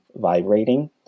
vibrating